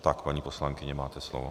Tak, paní poslankyně, máte slovo.